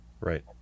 Right